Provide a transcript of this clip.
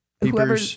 whoever